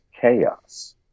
chaos